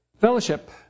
Fellowship